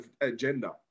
agenda